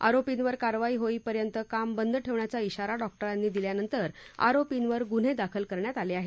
आरोपींवर कारवाई होईपर्यंत काम बंद ठेवण्याचा इशारा डॉक्टरांनी दिल्यानंतर आरोपींवर गुन्हे दाखल करण्यात आले आहेत